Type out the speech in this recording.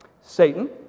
Satan